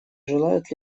желает